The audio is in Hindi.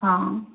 हाँ